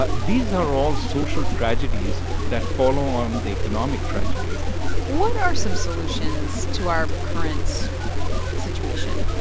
ah these are all social tragedies that follow on the economic tragedy what are some solutions to our current situation?